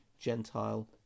Gentile